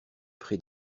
pré